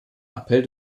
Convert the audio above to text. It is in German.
appell